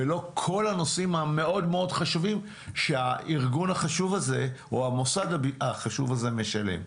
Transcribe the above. ולא כל הנושאים החשובים מאוד שהמוסד החשוב הזה משלם.